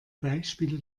beispiele